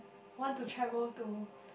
want to travel to